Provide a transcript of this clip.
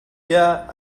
yeah